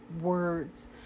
words